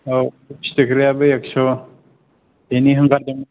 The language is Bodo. औ फिथिख्रियाबो एख्स' बिनि अनगायै